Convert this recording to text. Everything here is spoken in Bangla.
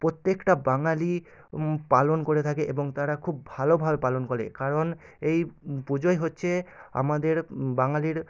প্রত্যেকটা বাঙালি পালন করে থাকে এবং তারা খুব ভালোভাবে পালন করে কারণ এই পুজোই হচ্ছে আমাদের বাঙালির